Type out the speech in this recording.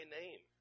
name